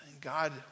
God